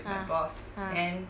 ah ah